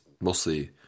mostly